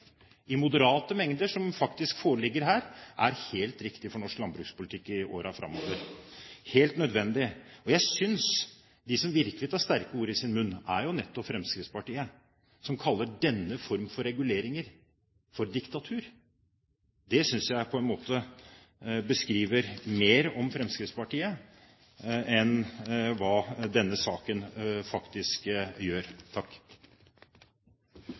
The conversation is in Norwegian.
i moderate mengder, slik det faktisk foreligger her, er helt riktig for norsk landbrukspolitikk i årene framover – helt nødvendig. Jeg synes de som virkelig tar sterke ord i sin munn, nettopp er Fremskrittspartiet, som kaller denne form for reguleringer for diktatur. Det synes jeg mer beskriver Fremskrittspartiet enn denne saken. Flere har ikke bedt om